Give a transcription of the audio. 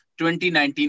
2019